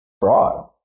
fraud